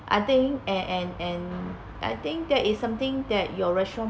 I think and and and I think that is something that your restaurant